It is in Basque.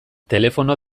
telefono